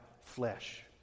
flesh